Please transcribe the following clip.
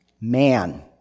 man